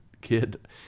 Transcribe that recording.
kid